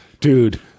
Dude